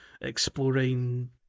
exploring